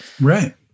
Right